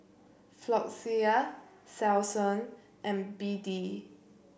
Floxia Selsun and B D